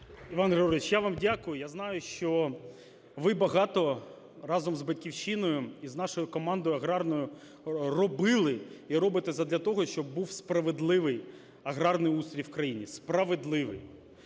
Іван Григорович, я вам дякую. Я знаю, що ви багато разом з "Батьківщиною" і з нашою командою аграрною робили і робите задля того, щоб був справедливий аграрний устрій в країні, справедливий.